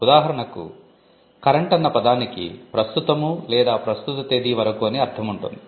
ఉదాహరణకు 'కరెంటు' అన్న పదానికి 'ప్రస్తుతము' లేదా ప్రస్తుత తేదీ వరకు అని అర్ధం ఉంటుంది